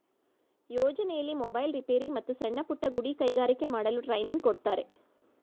ಯೋಜನೆಯಲ್ಲಿ mobile repair, ಮತ್ತು ಸಣ್ಣಪುಟ್ಟ ಗುಡಿ ಕೈಗಾರಿಕೆ ಮಾಡಲು ಟ್ರೈನಿಂಗ್ ಕೊಡ್ತಾರೆ